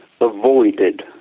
avoided